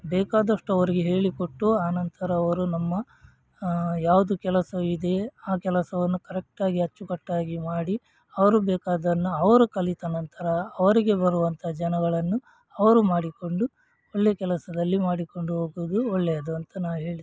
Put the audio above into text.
ಬೇಕಾದಷ್ಟು ಅವರಿಗೆ ಹೇಳಿಕೊಟ್ಟು ಅನಂತರ ಅವರು ನಮ್ಮ ಯಾವುದು ಕೆಲಸವಿದೆಯೇ ಆ ಕೆಲಸವನ್ನು ಕರೆಕ್ಟಾಗಿ ಅಚ್ಚುಕಟ್ಟಾಗಿ ಮಾಡಿ ಅವರು ಬೇಕಾದ್ದನ್ನು ಅವರು ಕಲಿತ ನಂತರ ಅವರಿಗೆ ಬರುವಂತ ಜನಗಳನ್ನು ಅವರು ಮಾಡಿಕೊಂಡು ಒಳ್ಳೆಯ ಕೆಲಸದಲ್ಲಿ ಮಾಡಿಕೊಂಡು ಹೋಗುವುದು ಒಳ್ಳೆಯದು ಅಂತ ನಾ ಹೇಳುತ್ತೇವೆ